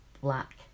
black